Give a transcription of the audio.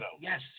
Yes